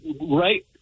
Right